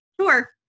Sure